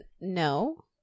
no